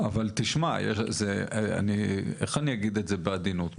אבל תשמע, איך אני אגיד את זה בעדינות?